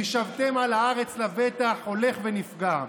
"וישבתם על הארץ לבטח" הולך ונפגע.